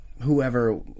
whoever